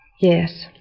Yes